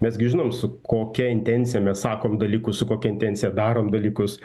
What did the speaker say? mes gi žinom su kokia intencija mes sakom dalykus su kokia intencija darom dalykus